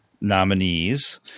nominees